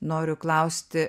noriu klausti